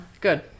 good